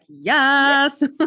yes